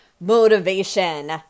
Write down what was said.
motivation